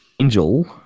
Angel